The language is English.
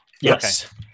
Yes